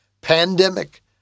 Pandemic